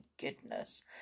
goodness